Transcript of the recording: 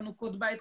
חנוכות בית,